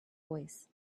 voice